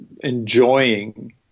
enjoying